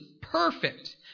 perfect